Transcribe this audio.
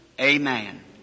Amen